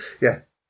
Yes